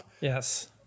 Yes